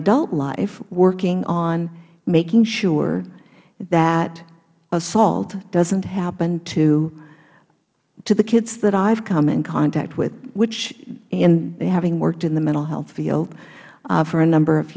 adult life working on making sure that assault doesn't happen to the kids that i have come in contact with which having worked in the mental health field for a number of